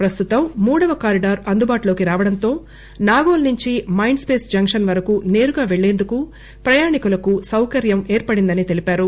ప్రస్తుతం మూడవ కారిడార్ అందుబాటులోకి రావటంతో నాగోల్ నుంచి మైండ్ స్పేస్ జంక్షస్ వరకు నేరుగా వెళ్లేందుకు ప్రయాణీకులకు సౌకర్యం ఏర్పడిందని తెలిపారు